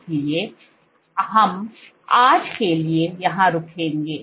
इसलिए हम आज के लिए यहां रुकेंगे